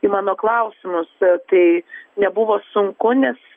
į mano klausimus tai nebuvo sunku nes